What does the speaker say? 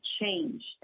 changed